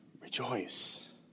rejoice